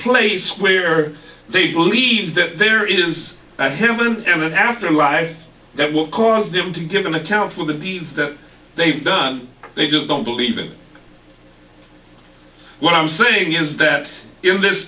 place where they believe that there is a heaven and an afterlife that will cause them to give an account for the deeds that they've done they just don't believe in what i'm saying is that in this